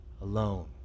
Alone